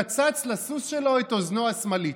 קצץ לסוס שלו את אוזנו השמאלית.